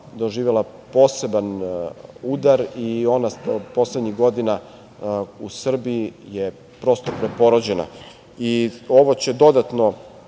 poseban udara i ona poslednjih godina u Srbiji je prosto preporođena. Ovo će dodatno